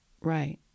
Right